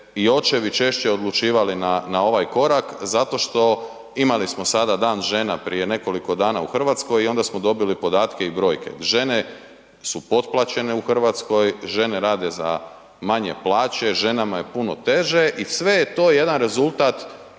i očevi češće odlučivali na ovaj korak zato što imali smo sada Dan žena prije nekoliko dana u Hrvatskoj i onda smo dobili podatke i brojke. Žene su potplaćene u Hrvatskoj, žene rade za manje plaće, ženama je puno teže i sve je to jedan rezultat